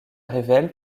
révèle